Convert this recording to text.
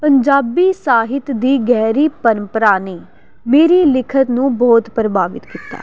ਪੰਜਾਬੀ ਸਾਹਿਤ ਦੀ ਗਹਿਰੀ ਪਰੰਪਰਾ ਨੇ ਮੇਰੀ ਲਿਖਤ ਨੂੰ ਬਹੁਤ ਪ੍ਰਭਾਵਿਤ ਕੀਤਾ